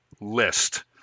list